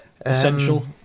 Essential